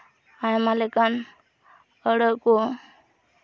ᱟᱭᱢᱟ ᱞᱮᱠᱟᱱ ᱟᱹᱲᱟᱹ ᱠᱚ